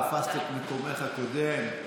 תפסת את מקומך הקודם.